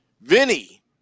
Vinny